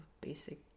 basic